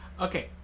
Okay